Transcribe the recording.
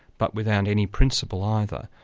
but without any principle either,